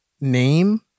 name